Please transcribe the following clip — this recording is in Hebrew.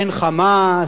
אין "חמאס",